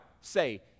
say